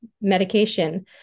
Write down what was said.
medication